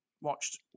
watched